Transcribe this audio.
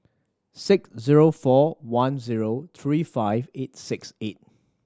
six zero four one zero three five eight six eight